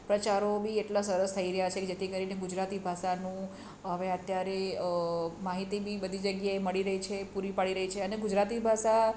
પ્રચારો બી એટલા સરસ થઈ રહ્યા છે કે જેથી કરીને ગુજરાતી ભાષાનું હવે અત્યારે માહિતી બી બધી જગ્યાએ મળી રહી છે પૂરી પાડી રહી છે અને ગુજરાતી ભાષા